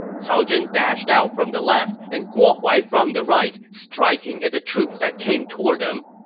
cao zhen dashed out from the left and guo huai from the right, striking at the troops that came toward them.